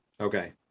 Okay